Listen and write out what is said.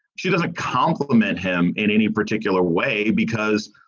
she doesn't compliment him in any particular way because,